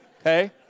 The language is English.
okay